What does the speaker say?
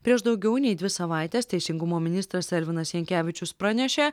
prieš daugiau nei dvi savaites teisingumo ministras elvinas jankevičius pranešė